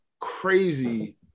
crazy